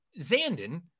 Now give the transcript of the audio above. Zandon